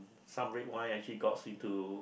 some red wine actually got into